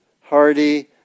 Hardy